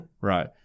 Right